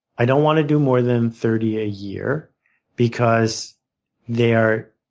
i don't want to do more than thirty a year because they are,